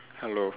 hello